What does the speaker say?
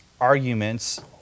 arguments